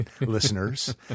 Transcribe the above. listeners